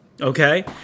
Okay